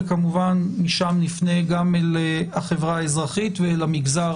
כמובן משם נפנה גם אל החברה האזרחית ואל המגזר